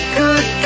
good